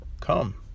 come